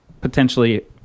potentially